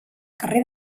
carrer